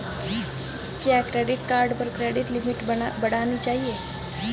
क्या credit card पर credit limit बढ़ानी चाहिए?